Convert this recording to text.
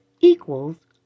equals